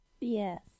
Yes